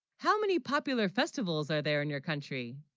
how many, popular festivals are there in your country